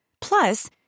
Plus